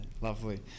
Lovely